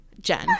Jen